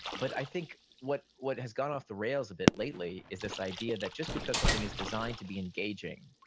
but i think what what has gone off the rails a bit lately, is this idea that just because something is designed to be engaging,